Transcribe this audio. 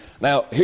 Now